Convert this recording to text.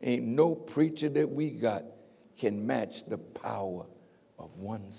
know preacher that we got can match the power o